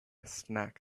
snack